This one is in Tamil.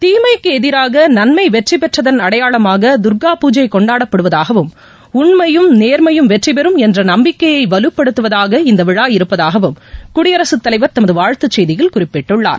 தீமைக்கு எதிராக நன்மை வெற்றி பெற்றதன் அடையாளமாக தர்கா பூஜை கொண்டாடப்படுவதாகவும் உண்மையும் நேர்மையும் வெற்றிபெறும் என்ற நம்பிக்கையை வலுப்படுத்துவதாக இந்த விழா இருப்பதாகவும் குடியரசுத்தலைவர் தமது வாழ்த்துச்செய்தியில் குறிப்பிட்டுள்ளார்